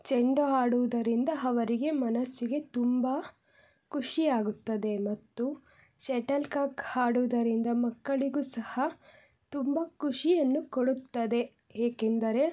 ಚೆಂಡು ಆಡುವುದರಿಂದ ಅವರಿಗೆ ಮನಸ್ಸಿಗೆ ತುಂಬ ಖುಷಿಯಾಗುತ್ತದೆ ಮತ್ತು ಶಟಲ್ ಕಾಕ್ ಆಡುವುದರಿಂದ ಮಕ್ಕಳಿಗೂ ಸಹ ತುಂಬ ಖುಷಿಯನ್ನು ಕೊಡುತ್ತದೆ ಏಕೆಂದರೆ